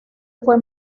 fue